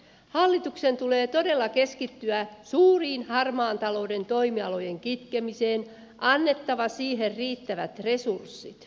hallituksen tulee todella keskittyä suurten harmaan talouden toimialojen kitkemiseen annettava siihen riittävät resurssit